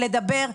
לדבר,